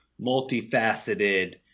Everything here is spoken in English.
multifaceted